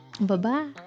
Bye-bye